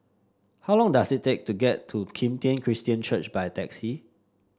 how long does it take to get to Kim Tian Christian Church by taxi